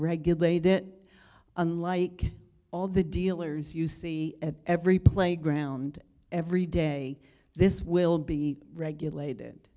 regulate it unlike all the dealers you see at every playground every day this will be regulated